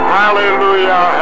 hallelujah